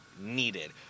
needed